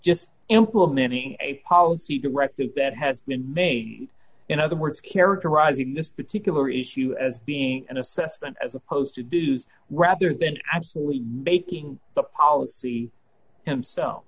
just implementing a policy directive that had been made in other words characterizing this particular issue as being an assessment as opposed to dues rather than absolutely making the policy himself